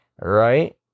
right